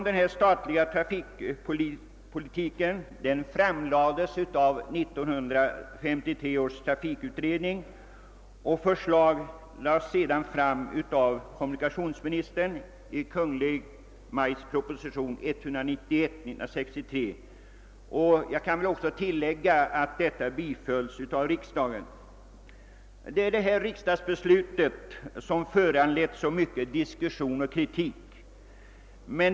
Det är detta riksdagsbeslut som föranlett så mycken diskussion och kritik. Den starkaste kritiken har framförts av Järnvägsmannaförbundet.